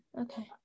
Okay